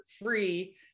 free